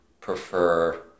prefer